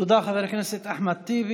תודה, חבר הכנסת אחמד טיבי.